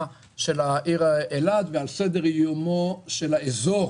של העיר אילת ועל סדר-יומו של האזור.